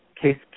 Case